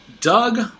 Doug